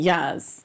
Yes